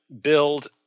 build